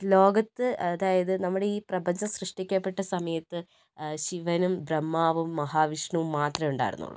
ലോകത്ത് അതായത് നമ്മുടെ ഈ പ്രപഞ്ചം സൃഷ്ടിക്കപ്പെട്ട സമയത്ത് ശിവനും ബ്രഹ്മാവും മഹാവിഷ്ണുവും മാത്രമേ ഉണ്ടായിരുന്നുള്ളു